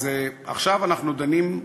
אז עכשיו אנחנו דנים,